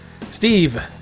Steve